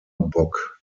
bock